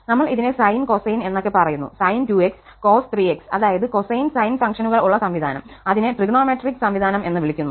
നമ്മൾ ഇതിനെ sine cosine എന്നൊക്കെ പറയുന്നു sin 2x cos 3x അതായത് കൊസൈൻ സൈൻ ഫംഗ്ഷനുകൾ ഉള്ള സംവിധാനം അതിനെ ത്രികോണമിതി സംവിധാനം എന്ന് വിളിക്കുന്നു